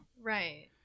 right